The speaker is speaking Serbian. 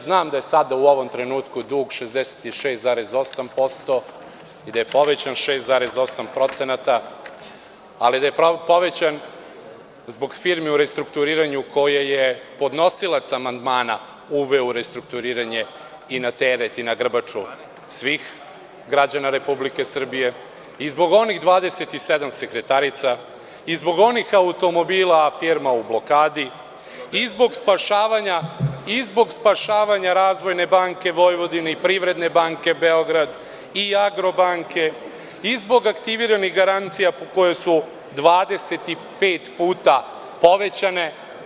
Znam da je sada u ovom trenutku dug 66,8% i da je povećan 6,8%, ali da je povećan zbog firmi u restrukturiranju, koja je podnosilac amandmana uveo u restrukturiranje i na teret i na grbaču svih građana Republike Srbije i zbog onih 27 sekretarica i zbog onih automobila, a firma u blokadi i zbog spašavanja Razvojne banke Vojvodine i Privredne banke Beograd i Agrobanke, zbog aktiviranih garancija, koje su 25 puta povećane.